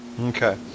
Okay